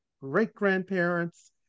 great-grandparents